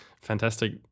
Fantastic